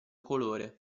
colore